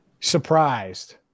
surprised